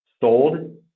sold